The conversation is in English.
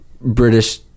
British